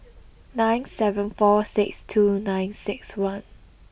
nine seven four six two nine six one